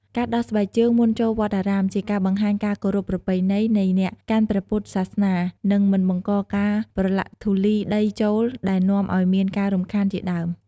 ការដោះស្បែកជើងមុនចូលវត្តអារាម ជាការបង្ហាញការគោរពប្រពៃណីនៃអ្នកកាន់ព្រះពុទ្ធសាសនា និងមិនបង្កការប្រលាក់ធូលីដីចូល ដែលនាំឱ្យមានការរំខានជាដើម។